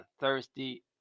thirsty